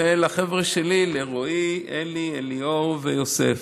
ולחבר'ה שלי, לרועי, אלי, אליאור ויוסף.